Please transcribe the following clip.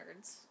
nerds